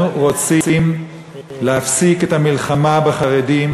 אנחנו רוצים להפסיק את המלחמה בחרדים.